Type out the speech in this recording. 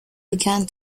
began